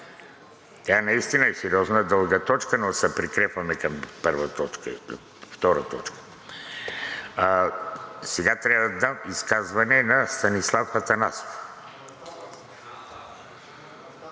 Тя наистина е сериозна и дълга точка, но се прикрепваме към първа, към втора точка. Сега трябва да дам изказване на Станислав Атанасов.